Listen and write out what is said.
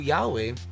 Yahweh